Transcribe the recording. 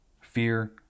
Fear